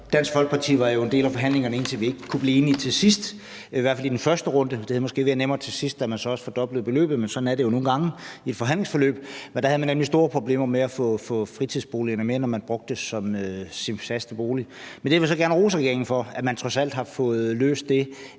Dansk Folkeparti var jo en del af forhandlingerne, indtil vi ikke kunne blive enige til sidst, i hvert fald i den første runde. Det havde måske været nemmere til sidst, da man så også fordoblede beløbet, men sådan er det jo nogle gange i et forhandlingsforløb. Men da havde man nemlig store problemer med at få fritidsboligerne med, når de blev brugt som ens faste bolig. Men jeg vil så gerne rose regeringen for, at man trods alt har fået løst det,